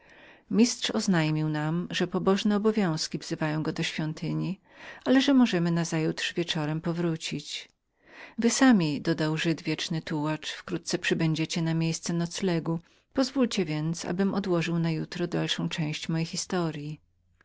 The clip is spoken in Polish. mistrz oznajmił nam że pobożne obowiązki wzywały go do świątyni ale że możemy nazajutrz wieczorem powrócić wy sami dodał żyd wieczny tułacz wkrótce przybędziecie na nocleg pozwólcie więc abym odłożył na jutro dalszą część mojej historyi